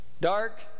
Dark